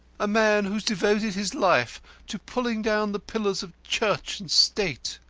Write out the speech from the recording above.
a man who's devoted his life to pulling down the pillars of church and state.